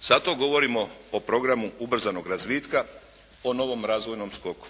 Zato govorimo o programu ubrzanog razvitka, o novoj razvojnom skoku.